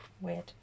weird